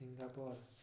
Singapore